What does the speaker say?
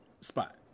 spot